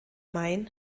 main